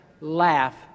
laugh